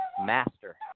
master